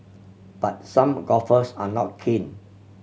but some golfers are not keen